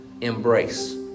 embrace